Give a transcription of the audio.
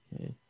okay